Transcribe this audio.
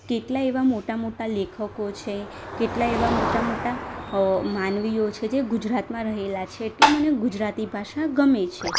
કેટલાય એવા મોટા મોટા લેખકો છે કેટલાય એવા મોટા મોટા માનવીઓ છે જે ગુજરાતમાં રહેલા છે એટલે મને ગુજરાતી ભાષા ગમે છે